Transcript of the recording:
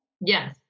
Yes